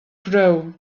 grow